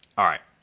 alright.